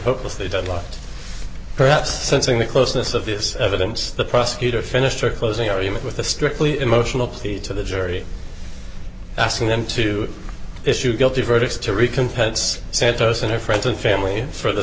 hopelessly deadlocked perhaps sensing the closeness of this evidence the prosecutor finished her closing argument with a strictly emotional plea to the jury asking them to issue guilty verdicts to rican pets santos and her friends and family for the